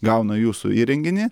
gauna jūsų įrenginį